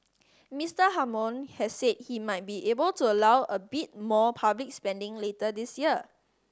Mister Hammond has said he might be able to allow a bit more public spending later this year